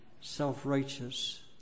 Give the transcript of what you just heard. self-righteous